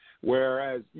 Whereas